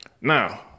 Now